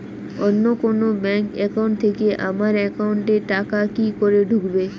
অন্য কোনো bank account থেকে আমার একাউন্ট এ টাকা কি করে ঢুকবে?